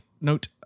note